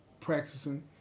practicing